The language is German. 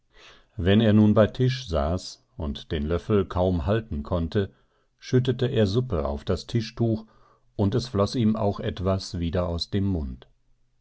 wenn er nun bei tisch saß und den löffel kaum halten konnte schüttete er suppe auf das tischtuch und es floß ihm auch etwas wieder aus dem mund